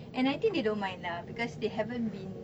and I think they don't mind lah because they haven't been